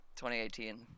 2018